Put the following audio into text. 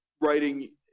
writing